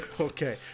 Okay